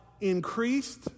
increased